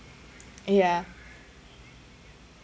yeah